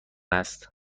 است